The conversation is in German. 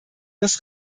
des